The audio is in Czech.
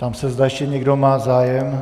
Ptám se, zda ještě někdo má zájem.